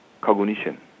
cognition